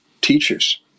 teachers